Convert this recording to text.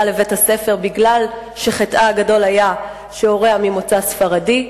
לבית-הספר כי חטאה הגדול היה שהוריה ממוצא ספרדי.